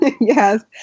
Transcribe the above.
Yes